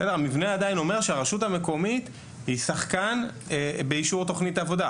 הרשות המקומית היא שחקן באישור תכנית העבודה.